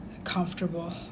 comfortable